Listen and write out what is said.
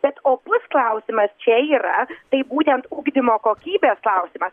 bet opus klausimas čia yra tai būtent ugdymo kokybės klausimas